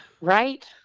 Right